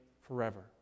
forever